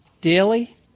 daily